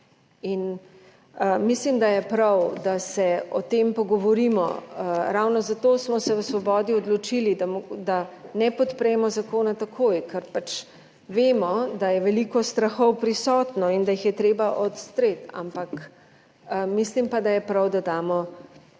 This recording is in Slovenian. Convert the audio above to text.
mislim, da je prav, da se o tem pogovorimo. Ravno zato smo se v Svobodi odločili, da ne podpremo zakona takoj, ker pač vemo, da je veliko strahov prisotno in da jih je treba odstreti. Ampak mislim pa, da je prav, da damo